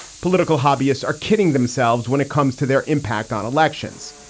political hobbyists are kidding themselves when it comes to their impact on elections.